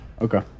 Okay